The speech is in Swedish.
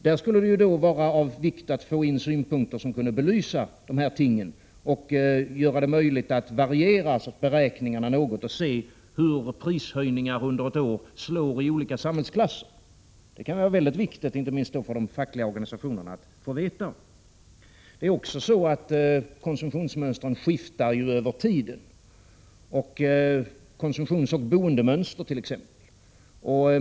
Det skulle vara av vikt att få in 41 synpunkter som kunde belysa dessa ting och göra det möjligt att variera beräkningarna något samt se hur prishöjningar under ett år slår i olika samhällsklasser. Det kan vara mycket viktigt, inte minst för de fackliga organisationerna, att få veta detta. Konsumtionsmönstren — exempelvis boendemönstret — skiftar ju tiderna igenom.